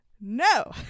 No